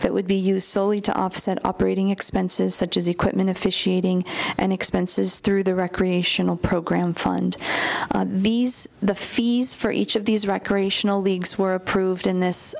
that would be used solely to offset operating expenses such as equipment officiating and expenses through the recreational program fund these fees for each of these recreational leagues were approved in this